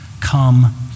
come